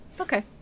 Okay